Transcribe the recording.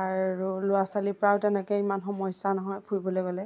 আৰু ল'ৰা ছোৱালীৰ পৰাও তেনেকৈ ইমান সমস্যা নহয় ফুৰিবলৈ গ'লে